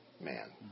man